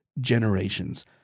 generations